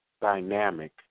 dynamic